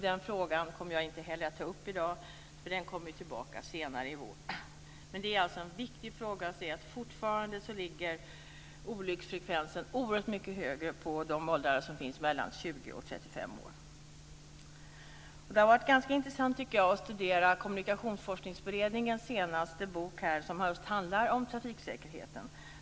Jag kommer inte att ta upp den frågan i dag, eftersom den kommer tillbaka senare i vår, men det är viktigt att inse att olycksfrekvensen fortfarande ligger oerhört mycket högre i åldrarna 20-35 år. Jag tycker att det är ganska intressant att studera Kommunikationsforskningsberedningens senaste bok, som handlar om trafiksäkerheten.